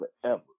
forever